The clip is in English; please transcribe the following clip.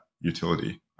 utility